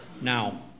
now